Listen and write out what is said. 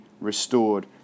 restored